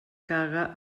caga